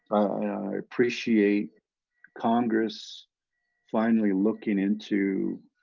i appreciate congress finally looking into,